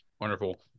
Wonderful